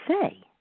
say